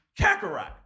Kakarot